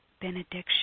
benediction